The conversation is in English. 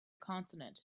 consonant